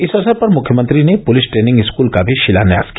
इस अवसर पर मुख्यमंत्री ने पुलिस ट्रेनिंग स्कल का भी शिलान्यास किया